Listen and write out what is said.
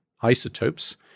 isotopes